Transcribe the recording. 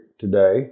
today